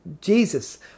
Jesus